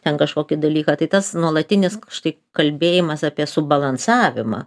ten kažkokį dalyką tai tas nuolatinis štai kalbėjimas apie subalansavimą